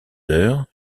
heures